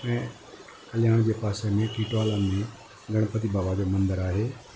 ऐं कल्याण जे पासे में टिट्वाला में गणपति बाबा जो मंदरु आहे